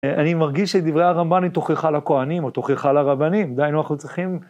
אני מרגיש שדברי הרמב״ן היא תוכחה לכהנים, או תוכחה לרבנים, די, אנחנו צריכים...